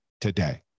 today